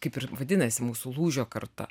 kaip ir vadinasi mūsų lūžio karta